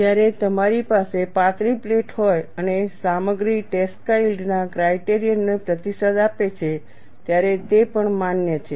જ્યારે તમારી પાસે પાતળી પ્લેટ હોય અને સામગ્રી ટ્રેસ્કા યીલ્ડના ક્રાઇટેરિયન ને પ્રતિસાદ આપે છે ત્યારે તે પણ માન્ય છે